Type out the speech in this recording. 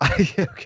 Okay